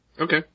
Okay